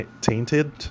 tainted